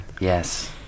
Yes